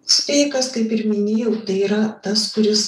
sveikas kaip ir minėjau tai yra tas kuris